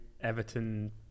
Everton